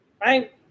right